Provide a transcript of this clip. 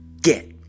get